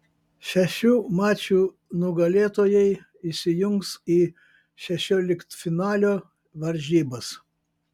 šešių mačų nugalėtojai įsijungs į šešioliktfinalio varžybas